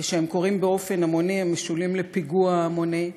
כשהם קורים באופן המוני, הם משולים לפיגוע המוני.